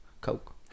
coke